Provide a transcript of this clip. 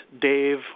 Dave